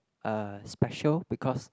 uh special because